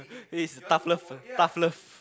eh is tough love tough love